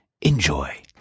Enjoy